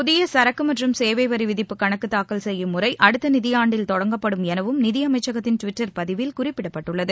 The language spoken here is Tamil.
புதிய சரக்கு மற்றும் சேவை வரி விதிப்பு கணக்கு தாக்கல் செய்யும் முறை அடுத்த நிதியாண்டில் தொடங்கப்படும் எனவும் நிதியமைச்சகத்தின் டுவிட்டர் பதிவில் குறிப்பிடப்பட்டுள்ளது